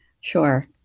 Sure